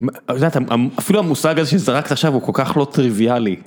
אפילו המושג הזה שזרקת עכשיו הוא כל כך לא טריוויאלי.